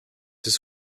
his